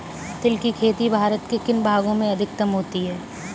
तिल की खेती भारत के किन भागों में अधिकतम होती है?